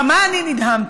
כמה אני נדהמתי,